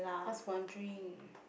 just wondering